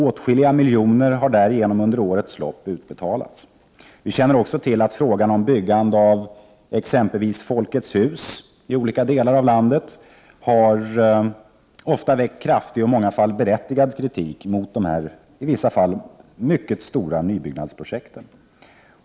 Åtskilliga miljoner har därigenom under årens lopp utbetalats. Vi känner också till att frågan om byggande av exempelvis Folkets Hus i olika delar av landet ofta har väckt kraftig och i många fall berättigad kritik mot dessa i vissa fall mycket stora nybyggnadsprojekt.